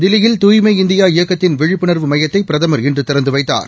தில்லியில் தூய்மை இந்தியா இயக்கத்தின் விழிப்புணர்வு மையத்தைபிரதமர் இன்றுதிறந்துவைத்தார்